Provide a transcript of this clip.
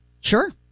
Sure